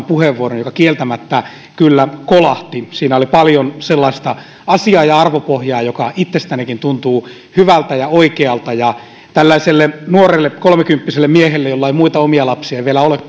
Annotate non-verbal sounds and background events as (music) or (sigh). (unintelligible) puheenvuoron joka kieltämättä kyllä kolahti siinä oli paljon sellaista asiaa ja arvopohjaa joka itsestänikin tuntuu hyvältä ja oikealta tällaisesta nuoresta kolmekymppisestä miehestä jolla ei muita lapsia vielä ole (unintelligible)